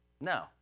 no